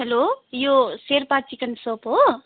hello यो Sherpa chicken soup हो